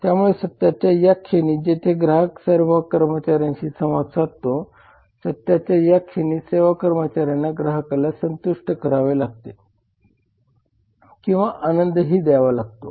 त्यामुळे सत्याच्या या क्षणी जेथे ग्राहक सेवा कर्मचाऱ्यांशी संवाद साधतो सत्याच्या या क्षणी सेवा कर्मचाऱ्यांना ग्राहकाला संतुष्ट करावे लागते किंवा आनंदही द्यावा लागतो